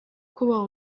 kubaha